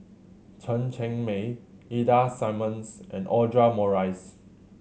Chen Cheng Mei Ida Simmons and Audra Morrice